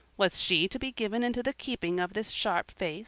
was she to be given into the keeping of this sharp-faced,